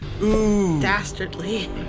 Dastardly